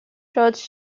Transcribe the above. george